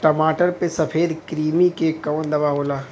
टमाटर पे सफेद क्रीमी के कवन दवा होला?